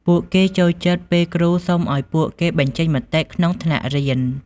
ពួកគេចូលចិត្តពេលគ្រូសុំឱ្យពួកគេបញ្ចេញមតិក្នុងថ្នាក់រៀន។